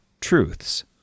truths